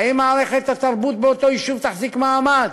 אם מערכת התרבות באותו יישוב תחזיק מעמד.